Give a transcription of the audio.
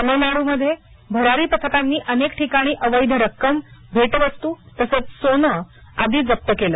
तमिळनाडूमध्ये भरारी पथकांनी अनेक ठिकाणी अवैध रक्कम भेटवस्तू तसंच सोने आदी जप्त केले